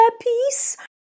peace